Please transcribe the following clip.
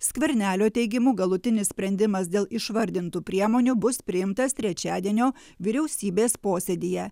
skvernelio teigimu galutinis sprendimas dėl išvardintų priemonių bus priimtas trečiadienio vyriausybės posėdyje